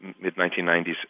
mid-1990s